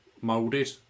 molded